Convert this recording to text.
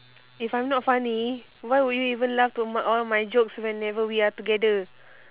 if I'm not funny why would you even laugh to my all my jokes whenever we are together